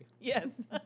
Yes